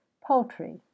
POULTRY